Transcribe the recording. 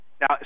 Now